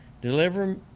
Deliver